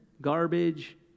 garbage